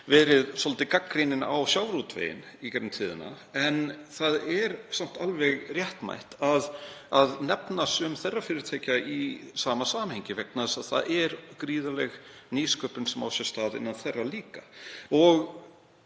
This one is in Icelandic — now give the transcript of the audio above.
verið svolítið gagnrýninn á sjávarútveginn í gegnum tíðina en það er samt alveg réttmætt að nefna sum þeirra fyrirtækja í sama samhengi vegna þess að gríðarleg nýsköpun á sér stað innan þeirra líka